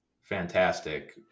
fantastic